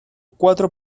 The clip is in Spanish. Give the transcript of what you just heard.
cuatro